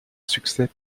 succès